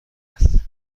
است